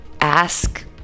ask